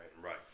right